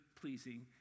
pleasing